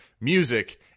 music